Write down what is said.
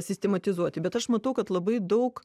sistematizuoti bet aš matau kad labai daug